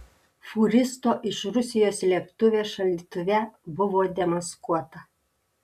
fūristo iš rusijos slėptuvė šaldytuve buvo demaskuota